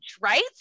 right